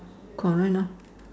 correct now